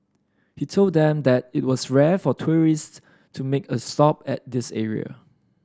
he told them that it was rare for tourists to make a stop at this area